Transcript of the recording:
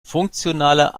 funktionaler